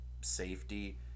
safety